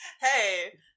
Hey